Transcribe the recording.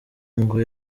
ngo